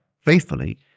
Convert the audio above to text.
faithfully